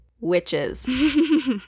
witches